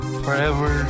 forever